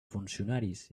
funcionaris